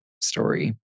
story